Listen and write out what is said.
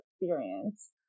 experience